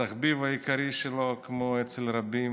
התחביב העיקרי שלו, כמו אצל רבים